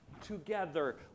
together